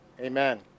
Amen